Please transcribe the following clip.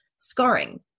Scarring